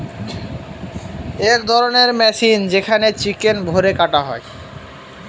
এক ধরণের মেশিন যেখানে চিকেন ভোরে কাটা হয়